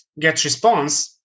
GetResponse